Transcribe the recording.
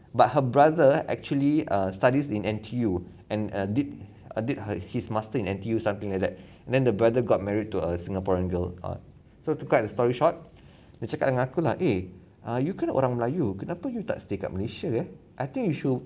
but her brother actually err studies in N_T_U and err did err did her his master in N_T_U something like that then the brother got married to a singaporean girl err so to cut the story short dia cakap dengan aku lah eh uh you kan orang melayu kenapa you tak stay kat malaysia err I think you should